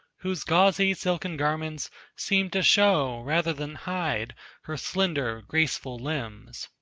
whose gauzy silken garments seemed to show rather than hide her slender, graceful limbs.